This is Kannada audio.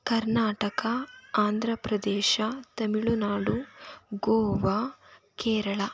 ಕರ್ನಾಟಕ ಆಂಧ್ರ ಪ್ರದೇಶ ತಮಿಳು ನಾಡು ಗೋವಾ ಕೇರಳ